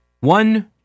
One